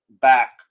back